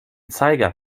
zeiger